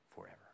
forever